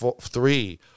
three